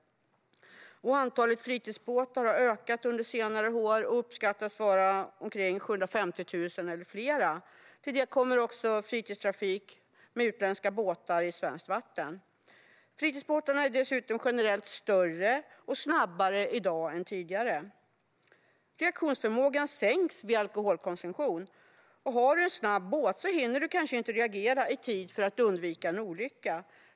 Antalet fritidsbåtar har ökat under senare år och uppskattas till omkring 750 000 eller fler. Till detta kommer fritidstrafik med utländska båtar i svenska vatten. Fritidsbåtarna är dessutom generellt större och snabbare i dag än tidigare. Reaktionsförmågan sänks vid alkoholkonsumtion, och har du en snabb båt hinner du kanske inte reagera i tid för att undvika en olycka.